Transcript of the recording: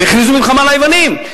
והכריזו מלחמה על היוונים.